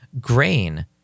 Grain